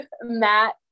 matt